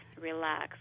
relax